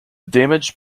damaged